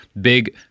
big